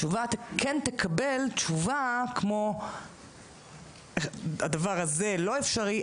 היא כן תקבל תשובה כמו "הדבר הזה לא אפשרי,